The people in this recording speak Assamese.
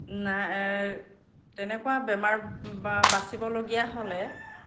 নাই তেনেকুৱা বেমাৰ বা বাচিবলগীয়া হ'লে